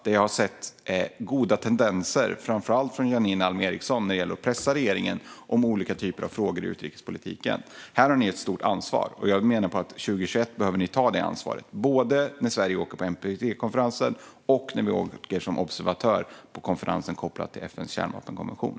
Men jag har sett goda tendenser, framför allt från Janine Alm Ericson, när det gäller att pressa regeringen i olika typer av frågor i utrikespolitiken. Här har ni ett stort ansvar. År 2021 behöver ni ta det ansvaret, både när Sverige åker på NTP-konferensen och när vi åker som observatör på konferensen kopplad till FN:s kärnvapenkonvention.